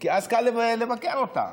כי אז קל לבקר אותה,